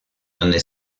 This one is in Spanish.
donde